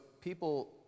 people